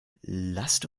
lasst